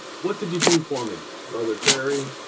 what did you do for me brother? cherry,